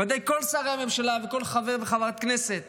בוודאי כל שרי הממשלה וכל חברי וחברות הכנסת